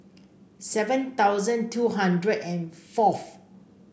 seven thousand two hundred and fourth